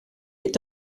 est